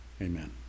Amen